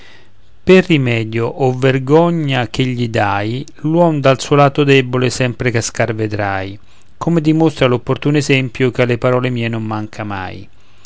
per rimedio o vergogna che gli dài l'uom dal suo lato debole sempre cascar vedrai come dimostra l'opportuno esempio che alle parole mie non manca mai